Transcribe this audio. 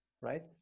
right